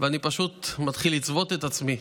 ואני פשוט מתחיל לצבוט את עצמי.